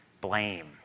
Blame